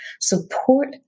support